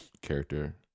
character